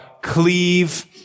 cleave